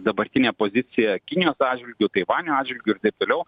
dabartinę poziciją kinijos atžvilgiu taivanio atžvilgiu ir taip toliau